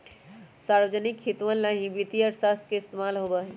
सार्वजनिक हितवन ला ही वित्तीय अर्थशास्त्र के इस्तेमाल होबा हई